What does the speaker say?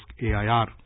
AIR